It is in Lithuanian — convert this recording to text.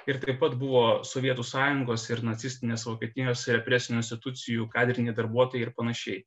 ir taip pat buvo sovietų sąjungos ir nacistinės vokietijos represinių institucijų kadriniai darbuotojai ir panašiai